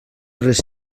res